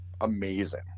amazing